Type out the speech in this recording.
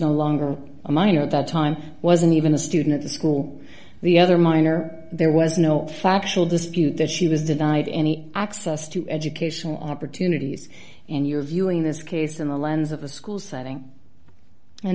no longer a minor at that time wasn't even a student at the school the other minor there was no factual dispute that she was denied any access to educational opportunities and you're viewing this case in the lens of a school setting and